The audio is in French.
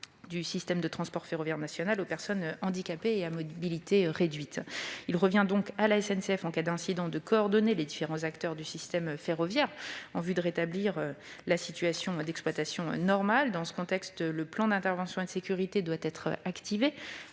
du système de transport ferroviaire national aux personnes handicapées ou à mobilité réduite ». Il revient donc à la SNCF, en cas d'incident, de coordonner les différents acteurs du système ferroviaire en vue de rétablir la situation d'exploitation normale. Dans ce contexte, le plan d'intervention et de sécurité, qui doit être activé